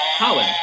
Colin